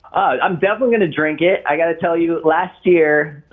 i'm definitely gonna drink it. i gotta tell you, last year,